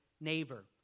neighbor